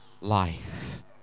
life